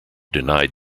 denied